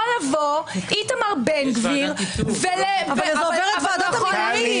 יכול לבוא איתמר בן גביר --- זה עובר את ועדת המינויים.